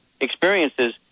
experiences